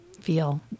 feel